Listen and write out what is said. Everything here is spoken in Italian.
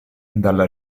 dalla